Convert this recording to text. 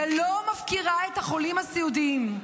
ולא מפקירה את החולים הסיעודיים,